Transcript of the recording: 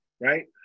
Right